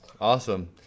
Awesome